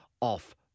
off